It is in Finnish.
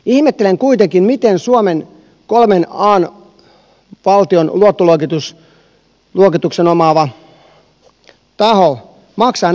ihmettelen kuitenkin miten suomi kolmen an valtion luottoluokituksen omaava taho maksaa näin kovaa korkoa